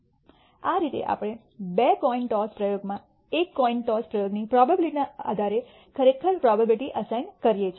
આ રીતે આપણે 2 કોઈન ટોસ પ્રયોગમાં 1 કોઈન ટોસ પ્રયોગની પ્રોબેબીલીટી ના આધારે ખરેખર પ્રોબેબીલીટી અસાઇન કરીએ છે